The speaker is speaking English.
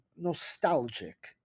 nostalgic